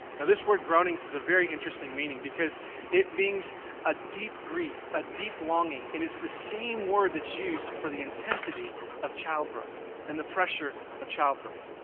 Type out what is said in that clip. and this word, groanings, is a very interesting meaning because it means a deep grief, a deep longing. and it's the same word that's used for the intensity of childbirth and the pressure of childbirth.